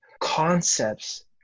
concepts